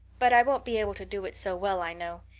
but i won't be able to do it so well, i know.